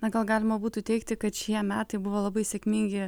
na gal galima būtų teigti kad šie metai buvo labai sėkmingi